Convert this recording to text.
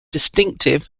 distinctive